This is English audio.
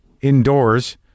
indoors